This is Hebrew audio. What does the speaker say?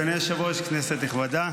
היושב-ראש, כנסת נכבדה,